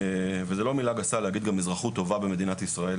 וזה לא מילה גסה להגיד גם אזרחות טובה במדינת ישראל,